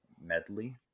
medley